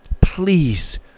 please